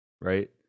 right